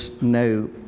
no